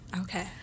Okay